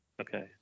okay